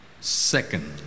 Second